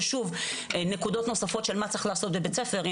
ושוב נקודות נוספות של מה צריך לעשות בבית ספר,